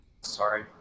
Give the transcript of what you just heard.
sorry